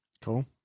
Cool